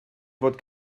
fod